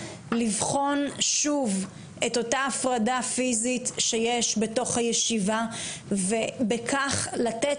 לבחון שוב את אותה הפרדה פיזית שיש בתוך הישיבה ובכך לתת